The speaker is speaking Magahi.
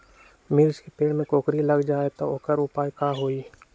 मिर्ची के पेड़ में कोकरी लग जाये त वोकर उपाय का होई?